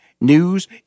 News